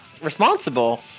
responsible